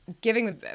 giving